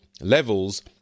levels